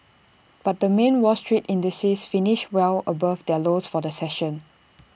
but the main wall street indices finished well above their lows for the session